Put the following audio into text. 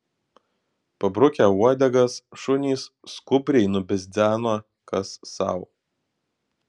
pabrukę uodegas šunys skubriai nubidzeno kas sau